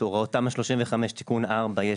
בהוראות תמ״א 35 תיקון ארבע,